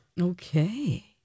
Okay